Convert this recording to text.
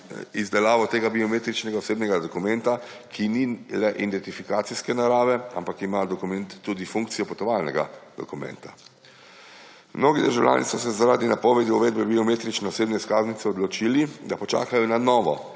izdelavo tega biometričnega osebnega dokumenta, ki ni le identifikacijske narave, ampak ima dokument tudi funkcijo potovalnega dokumenta. Mnogi državljani so se zaradi napovedi uvedbe biometrične osebne izkaznice odločili, da počakajo na novo